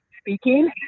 speaking